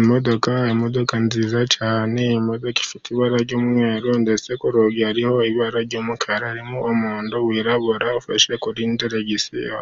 Imodoka imodoka nziza cyane ifite ibara ry'umweru ndetse ku rugi hariho ibara ry'umukara harimo umuhondo wirabura ufashwe kuri ndiregisiyo.